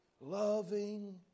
Loving